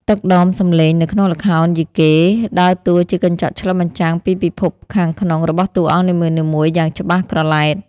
ទឹកដមសំឡេងនៅក្នុងល្ខោនយីកេ ដើរតួជាកញ្ចក់ឆ្លុះបញ្ចាំងពីពិភពខាងក្នុងរបស់តួអង្គនីមួយៗយ៉ាងច្បាស់ក្រឡែត។